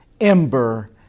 ember